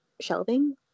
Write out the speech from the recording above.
shelving